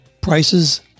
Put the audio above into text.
prices